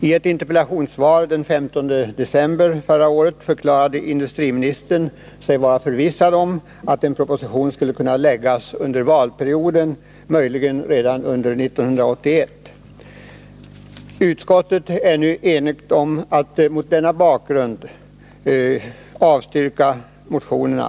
I ett interpellationssvar den 15 december förra året förklarade industriministern sig vara förvissad om att en proposition skulle kunna läggas fram under valperioden, möjligen redan under 1981. Vi är i utskottet eniga om att mot denna bakgrund avstyrka motionerna.